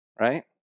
Right